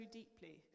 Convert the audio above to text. deeply